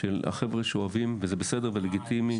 של החבר'ה שאוהבים, שזה בסדר ולגיטימי.